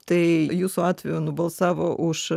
tai jūsų atveju nubalsavo už